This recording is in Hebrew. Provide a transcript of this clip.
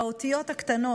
באותיות הקטנות,